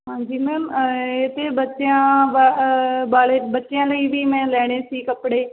ਹਾਂਜੀ ਮੈਮ ਅਤੇ ਬੱਚਿਆਂ ਵਾ ਵਾਲੇ ਬੱਚਿਆਂ ਲਈ ਵੀ ਮੈਂ ਲੈਣੇ ਸੀ ਕੱਪੜੇ